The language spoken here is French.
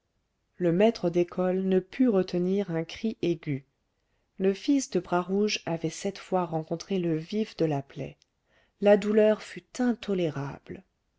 le maître d'école ne put retenir un cri aigu le fils de bras rouge avait cette fois rencontré le vif de la plaie la douleur fut intolérable